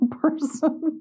person